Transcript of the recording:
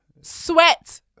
Sweat